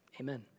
amen